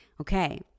Okay